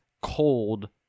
cold